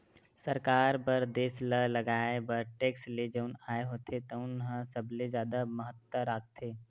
सरकार बर देस ल चलाए बर टेक्स ले जउन आय होथे तउने ह सबले जादा महत्ता राखथे